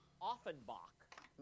Offenbach